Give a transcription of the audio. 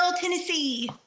Tennessee